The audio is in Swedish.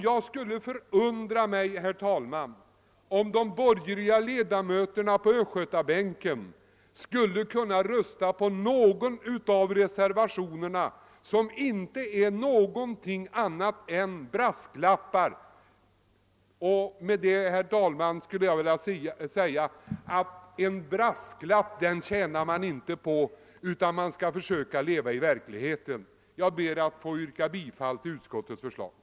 Det skulle förundra mig, herr talman, om de borgerliga ledamöterna på Östgötabänken skulle rösta på någon av reservationerna som inte är någonting annat än brasklappar. En brasklapp tjänar man ingenting på, utan man måste försöka leva i verkligheten. Jag ber att få yrka bifall till utskottets hemställan.